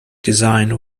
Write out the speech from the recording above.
design